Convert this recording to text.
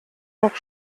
noch